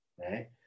Right